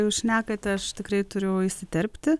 jūs šnekate aš tikrai turiu įsiterpti